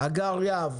הגר יהב